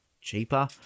cheaper